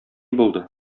булды